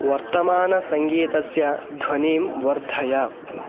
वर्तमानसङ्गीतस्य ध्वनिं वर्धय